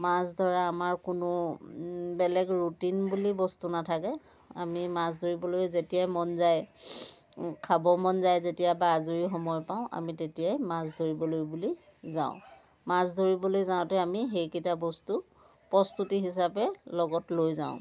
মাছ ধৰাৰ আমাৰ কোনো বেলেগ ৰুটিন বুলি বস্তু নাথাকে আমি মাছ ধৰিবলৈ যেতিয়াই মন যায় খাব মন যায় যেতিয়া বা আজৰি সময় পাওঁ আমি তেতিয়াই মাছ ধৰিবলৈ বুলি যাওঁ মাছ ধৰিবলৈ যাওঁতে আমি সেইকেইটা বস্তু প্ৰস্তুতি হিচাপে লগত লৈ যাওঁ